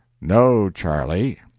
no, charlie,